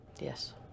Yes